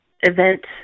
event